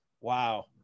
Wow